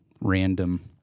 random